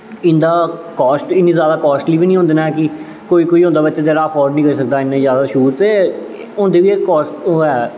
इन्ने जादा कास्टली बी नी होंदे नै कि कोई कोई बच्चा होंदा जेह्ड़ा ऐफोड़ निं करी सकदा शूज़ ते होंदा बी ओह् ऐ